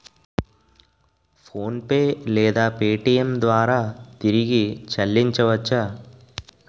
PhonePe లేదా Paytm ద్వారా తిరిగి చల్లించవచ్చ?